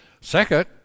Second